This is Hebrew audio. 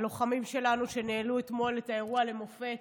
הלוחמים שלנו, שניהלו אתמול את האירוע למופת,